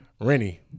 Rennie